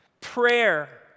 prayer